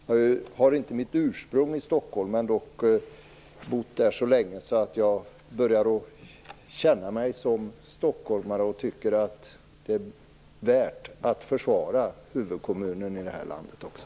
Jag har inte mitt ursprung i Stockholm, men jag har bott här så länge att jag börjar känna mig som stockholmare och tycka att det är värt att försvara huvudkommunen i det här landet också.